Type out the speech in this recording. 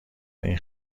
این